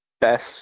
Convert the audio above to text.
best